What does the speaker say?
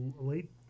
late